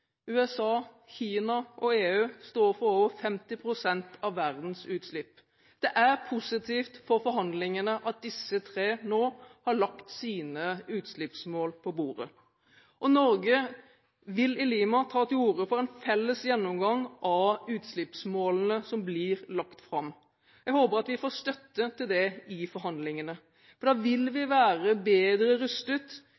USA, Kina og EU står for over 50 prosent av verdens utslipp. Det er positivt for forhandlingene at disse tre nå har lagt sine utslippsmål på bordet. Norge vil i Lima ta til orde for en felles gjennomgang av utslippsmålene som blir lagt fram. Jeg håper vi får støtte til det i forhandlingene. Da vil